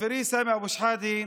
חברי סמי אבו שחאדה,